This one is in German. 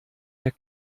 der